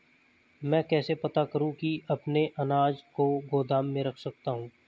मैं कैसे पता करूँ कि मैं अपने अनाज को गोदाम में रख सकता हूँ?